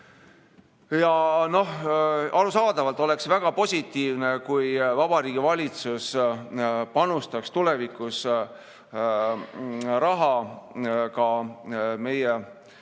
Arusaadavalt oleks väga positiivne, kui Vabariigi Valitsus panustaks tulevikus raha ka meie